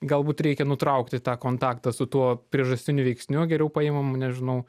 galbūt reikia nutraukti tą kontaktą su tuo priežastiniu veiksniu geriau paimam nežinau